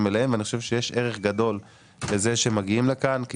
אליהם ואני חושב שיש ערך גדול בזה שמגיעים לכאן כי